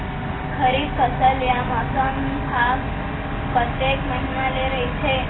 खरीफ फसल या मौसम हा कतेक महिना ले रहिथे?